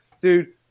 dude